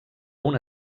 una